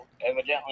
Evidently